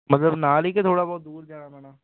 ਮਤਲਬ ਨਾਲ ਹੀ ਕਿ ਥੋੜ੍ਹਾ ਬਹੁਤ ਦੂਰ ਜਾਣਾ ਪੈਣਾ